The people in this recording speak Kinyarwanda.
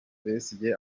besigye